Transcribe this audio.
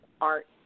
art